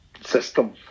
system